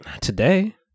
today